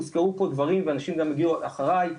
הוזכרו פה דברים ואנשים גם הגיעו אחריי,